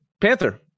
Panther